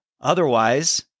Otherwise